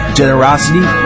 generosity